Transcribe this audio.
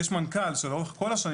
יש מנכ"ל שלאורך כל השנים,